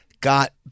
Got